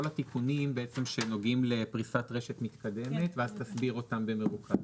התיקונים שנוגעים לפריסת רשת מתקדמת ואז תסביר אותם במרוכז.